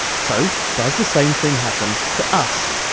so does the same thing happen to us?